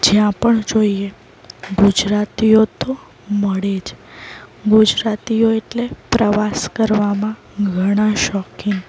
જ્યાં પણ જોઈએ ગુજરાતીઓ તો મળે જ ગુજરાતીઓ એટલે પ્રવાસ કરવામાં ઘણા શોખીન